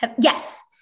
Yes